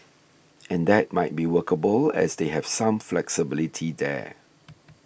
and that might be workable as they have some flexibility there